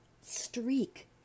streak